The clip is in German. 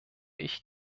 ich